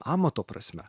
amato prasme